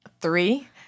Three